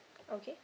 okay